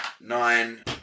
nine